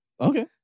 Okay